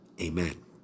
amen